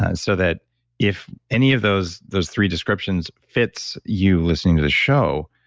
ah and so that if any of those those three descriptions fits, you, listening to this show.